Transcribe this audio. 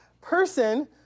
person